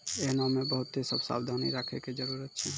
एहनो मे बहुते सभ सावधानी राखै के जरुरत छै